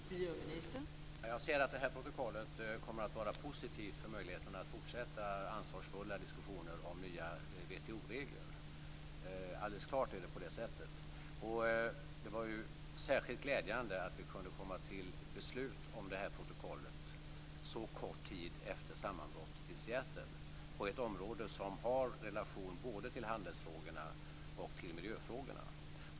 Fru talman! Jag upplever att det här protokollet kommer att vara positivt för möjligheterna att fortsätta ansvarsfulla diskussioner om nya WTO-regler. Alldeles klart är det på det sättet. Det var särskilt glädjande att vi kunde komma till beslut om det här protokollet så kort tid efter sammanbrottet i Seattle, på ett område som har relation både till handelsfrågorna och till miljöfrågorna.